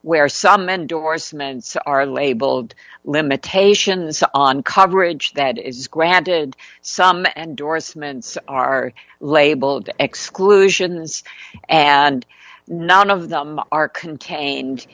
where some endorsements are labeled limitations on coverage that is granted some and doris mints are labeled exclusions and none of them are contained